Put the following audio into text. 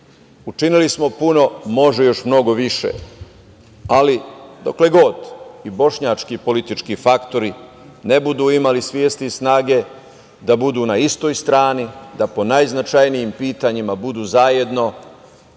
smo puno, može još mnogo više, ali dokle god i bošnjački politički faktori ne budu imali svesti i snage da budu na istoj strani, da po najznačajnijim pitanjima budu zajedno,